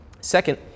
Second